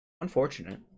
unfortunate